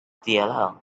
dll